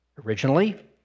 originally